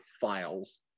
files